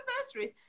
anniversaries